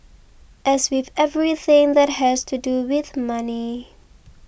as with everything that has to do with money